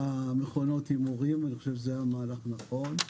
למכונות ההימורים, אני חושב שזה היה מהלך נכון.